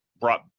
brought